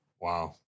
Wow